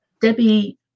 Debbie